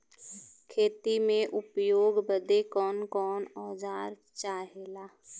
खेती में उपयोग बदे कौन कौन औजार चाहेला?